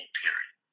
period